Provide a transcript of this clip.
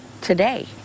today